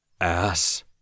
Ass